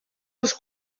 dels